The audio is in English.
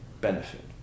benefit